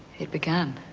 it began.